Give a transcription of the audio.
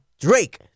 Drake